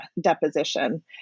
deposition